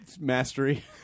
mastery